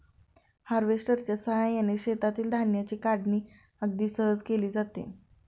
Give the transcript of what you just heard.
हार्वेस्टरच्या साहाय्याने शेतातील धान्याची काढणी अगदी सहज केली जाते